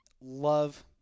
love